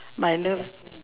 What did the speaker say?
but I love